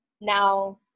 Now